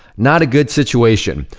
not a good situation.